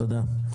תודה.